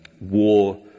war